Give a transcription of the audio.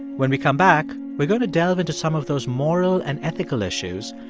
when we come back, we're going to delve into some of those moral and ethical issues,